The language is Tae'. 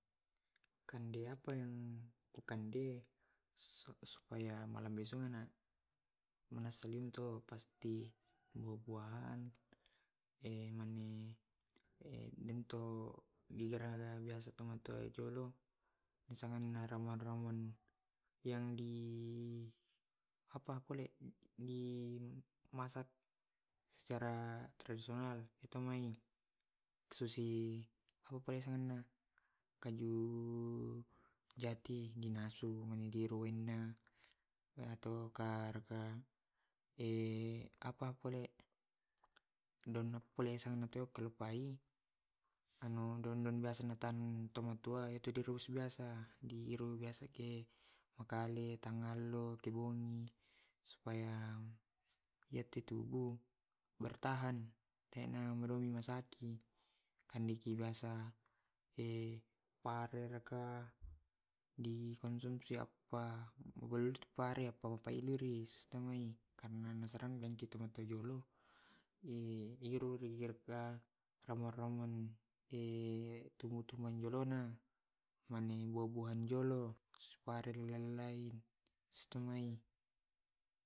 Kande apa yang ku kande supaya malambe sungana munasaling tu pasti buah buahan mani dengto bigaraga biasa to mai col colo yang di apa pale dimasak secara tradisional. Etomai susi kaju jati dinasu mane diroena apa pole deng apa pole sangana ebiasa ke makale tangalo kebungi supaya yate tubu bertahan tena narumi rumah sakit kandiki biasa pare raka dikonsumsi apa pare apa pailuris sitmoi karna jolo iruri romon-romon tumu-tuman jolona mane buah-buahan jolo estumai.